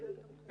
במשרד האוצר.